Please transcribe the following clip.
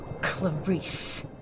Clarice